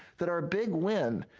that our big win,